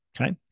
Okay